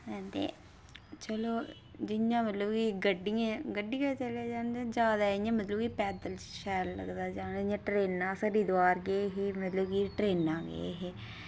ते चलो जियां मतलब कि गड्डियें गड्डियै चली जाने जादा मतलब कि पैदल शैल लगदा जाना ते ट्रेनां इंया अस हरिद्वार गे हे मतलब कि ट्रेनां गे हे